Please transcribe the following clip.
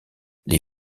les